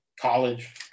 college